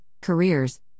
careers